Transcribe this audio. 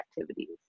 activities